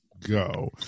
go